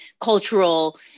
cultural